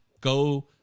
go